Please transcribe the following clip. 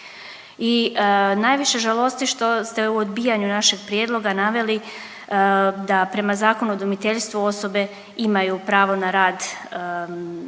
I najviše žalosti što ste u odbijanju našeg prijedloga naveli da prema Zakonu o udomiteljstvu osobe imaju pravo na rad